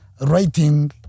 writing